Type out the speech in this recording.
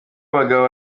abagabo